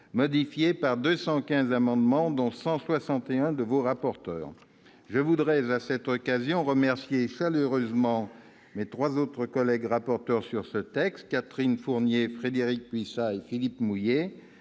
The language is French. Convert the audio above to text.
modifié par 215 amendements, dont 161 émanant de vos rapporteurs. Je voudrais à cette occasion remercier chaleureusement mes trois collègues rapporteurs sur ce texte, Catherine Fournier, Frédérique Puissat et Philippe Mouiller,